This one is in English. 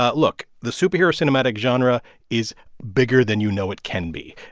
ah look, the superhero cinematic genre is bigger than you know it can be.